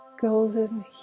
golden